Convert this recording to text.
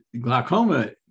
glaucoma